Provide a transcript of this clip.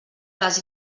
les